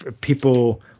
people